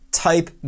type